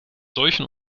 solchen